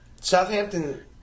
Southampton